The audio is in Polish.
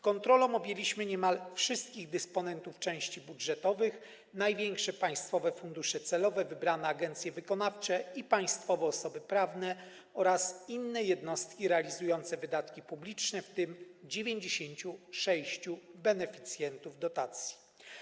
Kontrolą objęliśmy niemal wszystkich dysponentów części budżetowych, największe państwowe fundusze celowe, wybrane agencje wykonawcze i państwowe osoby prawne oraz inne jednostki realizujące wydatki publiczne, w tym 96 beneficjentów dotacji.